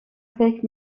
فکر